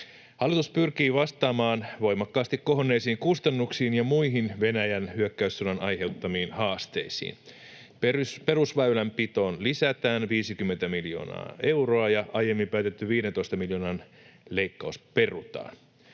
Hallitus pyrkii vastaamaan voimakkaasti kohonneisiin kustannuksiin ja muihin Venäjän hyökkäyssodan aiheuttamiin haasteisiin. Perusväylänpitoon lisätään 50 miljoonaa euroa ja aiemmin päätetty 15 miljoonan leikkaus perutaan.